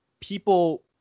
People